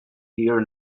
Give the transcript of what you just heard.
here